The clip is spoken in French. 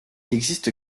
existe